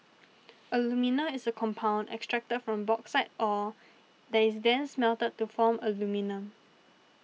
alumina is a compound extracted from bauxite ore that is then smelted to form aluminium